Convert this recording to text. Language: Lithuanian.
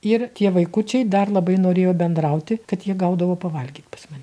ir tie vaikučiai dar labai norėjo bendrauti kad jie gaudavo pavalgyt pas man